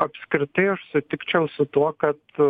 apskritai aš sutikčiau su tuo kad